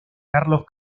carlos